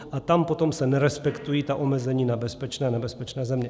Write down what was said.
A tam potom se nerespektují ta omezení na bezpečné a nebezpečné země.